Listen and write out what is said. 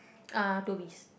uh tourist